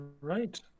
Right